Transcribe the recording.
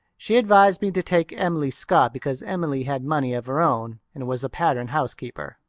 she advised me to take emily scott because emily had money of her own and was a pattern housekeeper.